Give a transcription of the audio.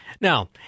Now